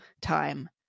time